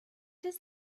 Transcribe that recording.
does